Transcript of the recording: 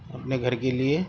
اپنے گھر کے لیے